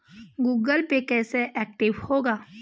Google Pay कैसे active होगा?